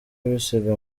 bisiga